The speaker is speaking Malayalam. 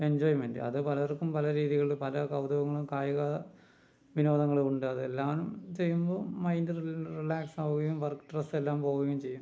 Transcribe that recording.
എൻജോയ്മെൻ്റ് അത് പലർക്കും പല രീതികളിൽ പല കൗതുകങ്ങളും കായിക വിനോദങ്ങളും ഉണ്ട് അതെല്ലാം ചെയ്യുമ്പോൾ മൈൻ്റ് റി റിലാക്സ് ആവുകയും വർക്ക് സ്ട്രെസ്സെല്ലാം പോകുകയും ചെയ്യും